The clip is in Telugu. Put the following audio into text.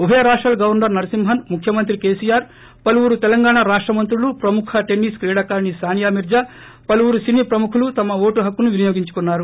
ఉభయ రాష్టాల గవర్చర్ నరసింహన్ ముఖ్యమంత్రి కెసిఆర్పలువురు తెలంగాణ రాష్ట మంత్రులు ప్రముఖ టెన్నిస్ క్రిడాకారిణి సానియా మీర్హా పలువురు సినీ ప్రమ్మఖులు తమ వోటు హక్కును వినియోగించుకున్నారు